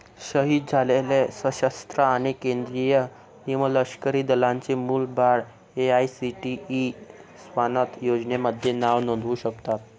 शहीद झालेले सशस्त्र आणि केंद्रीय निमलष्करी दलांचे मुलं बाळं ए.आय.सी.टी.ई स्वानथ योजनेमध्ये नाव नोंदवू शकतात